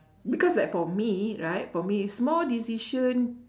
because like for me right for me small decision